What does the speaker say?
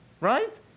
right